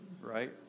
right